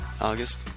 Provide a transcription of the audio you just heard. August